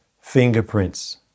fingerprints